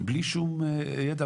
בלי שום ידע,